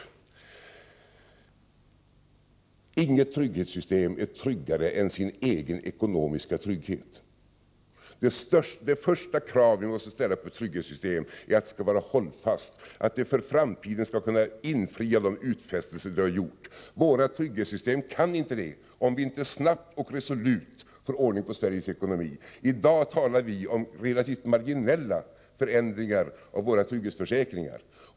För det första: Inget trygghetssystem är tryggare än sin egen ekonomiska trygghet. Det första krav vi måste ställa på ett trygghetssystem är att det skall vara hållfast och att det skall kunna infria de utfästelser för framtiden som vi har gjort. Våra trygghetssystem kan inte det, om vi inte snabbt och resolut får ordning på Sveriges ekonomi. I dag talar vi om relativt marginella förändringar av våra trygghetsförsäkringar.